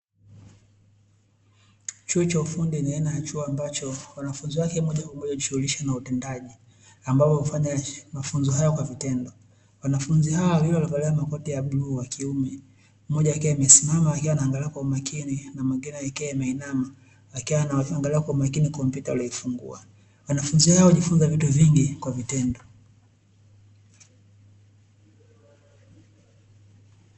Chuo cha ufundi ni aina ya chuo ambacho wanafunzi wake moja kwa moja na utendaji ambapo kufanya mafunzo hayo kwa vitendo wanafunzi hawa wengine walivalia makoti ya bluu wa kiume mmoja akiwa amesimama akiwa anaangalia kwa umakini na mengineo lakini anawaangalia kwa makini kompyuta waliifungua wanafunzi hao wajifunza vitu vingi kwa vitendo.